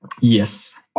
Yes